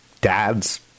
dads